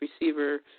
receiver